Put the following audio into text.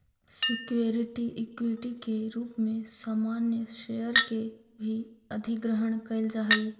security equity के रूप में सामान्य शेयर के भी अधिग्रहण कईल जा हई